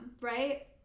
right